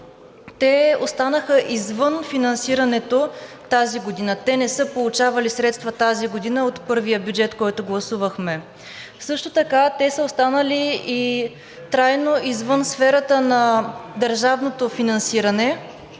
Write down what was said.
те останаха извън финансирането тази година. Те не са получавали средства тази година от първия бюджет, който гласувахме. Също така те са останали трайно извън сферата на държавното финансиране,